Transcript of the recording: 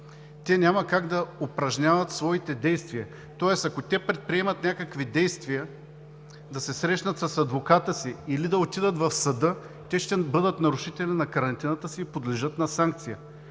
Те няма как да упражняват своите действия – ако предприемат някакви действия да се срещнат с адвоката си или да отидат в съда, ще бъдат нарушители на карантината си и подлежат на санкция.